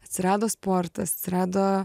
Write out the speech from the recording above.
atsirado sportas atsirado